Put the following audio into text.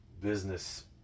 business